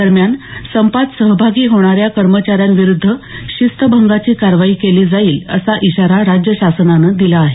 दरम्यान संपात सहभागी होणाऱ्या कर्मचाऱ्यांविरुद्ध शिस्तभंगाची कारवाई केली जाईल असा इशारा राज्य शासनानं दिला आहे